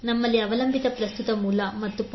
ನಮ್ಮಲ್ಲಿ ಅವಲಂಬಿತ ಪ್ರಸ್ತುತ ಮೂಲ ಮತ್ತು 0